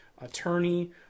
attorney